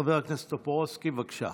חבר הכנסת טופורובסקי, בבקשה.